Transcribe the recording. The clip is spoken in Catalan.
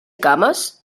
cames